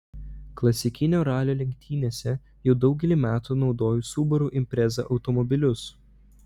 klasikinio ralio lenktynėse jau daugelį metų naudoju subaru impreza automobilius